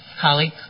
colleague